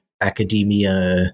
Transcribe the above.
academia